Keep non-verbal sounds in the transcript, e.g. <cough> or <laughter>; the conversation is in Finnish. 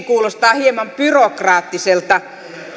<unintelligible> kuulostaa hieman byrokraattiselta